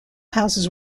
houses